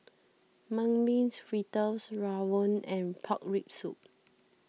Mung Bean Fritters Rawon and Pork Rib Soup